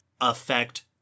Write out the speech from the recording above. affect